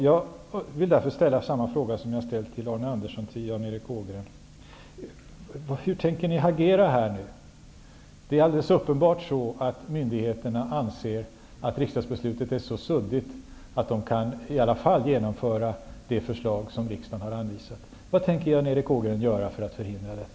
Jag vill därför ställa samma fråga till Jan Erik Ågren som jag ställde till Arne Andersson: Hur tänker ni agera? Det är alldeles uppenbart så, att myndigheterna anser att riksdagsbeslutet är så luddigt att de i alla fall kan genomföra det förslag som regeringen har anvisat. Vad tänker Jan Erik Ågren göra för att förhindra detta?